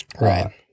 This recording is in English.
right